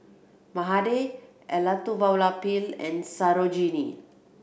Mahade Elattuvalapil and Sarojini